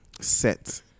set